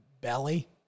belly